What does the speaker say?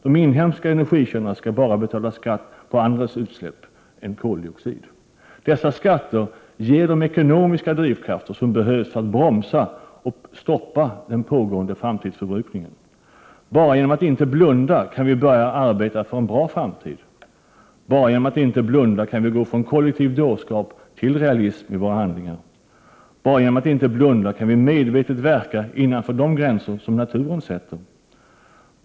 De inhemska energikällorna skall bara betala skatt på andra utsläpp än koldioxid. Dessa skatter ger de ekonomiska drivkrafter som behövs för att bromsa och stoppa den pågående framtidsförbrukningen. Bara genom att inte blunda kan vi börja arbeta för en bra framtid. Bara genom att inte blunda kan vi gå från kollektiv dårskap till realism i våra handlingar. Bara genom att inte blunda kan vi medvetet verka innanför de gränser som naturen sätter.